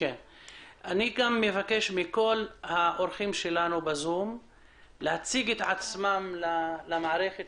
מה עשינו עד עכשיו